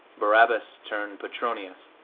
barabbas turned petronius!